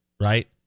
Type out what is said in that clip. right